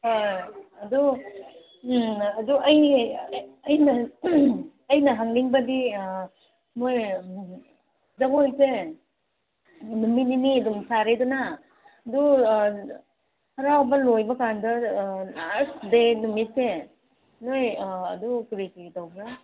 ꯍꯣꯏ ꯑꯗꯨ ꯎꯝ ꯑꯗꯨ ꯑꯩ ꯑꯩꯅ ꯑꯩꯅ ꯍꯪꯅꯤꯡꯕꯗꯤ ꯃꯣꯏ ꯖꯒꯣꯏꯁꯦ ꯅꯨꯃꯤꯠ ꯅꯤꯅꯤ ꯑꯗꯨꯝ ꯁꯥꯔꯦꯗꯅ ꯑꯗꯨ ꯍꯔꯥꯎꯕ ꯂꯣꯏꯕ ꯀꯥꯟꯗ ꯂꯥꯁ ꯗꯦ ꯅꯨꯃꯤꯠꯁꯦ ꯅꯣꯏ ꯑꯗꯨ ꯀꯔꯤ ꯀꯔꯤ ꯇꯧꯕ꯭ꯔꯥ